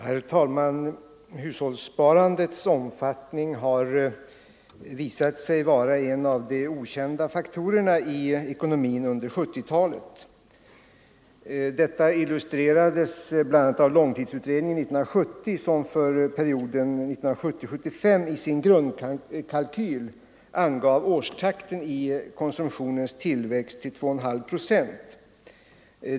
Herr talman! Hushållssparandets omfattning har visat sig vara en av de okända faktorerna i ekonomin under 1970-talet. Detta illustrerades bl.a. av långtidsutredningen 1970, som för perioden 1970-1975 i sin grundkalkyl angav årstakten i konsumtionens tillväxt till 2,5 procent.